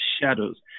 shadows